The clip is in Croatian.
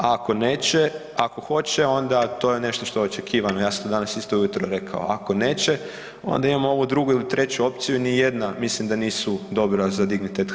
A ako neće, ako hoće onda to je nešto što je očekivano, ja sam to danas isto ujutro rekao, ako neće onda imamo ovu drugu ili treću opciju, nijedna mislim da nisu dobra za dignitet HS.